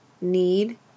need